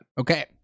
okay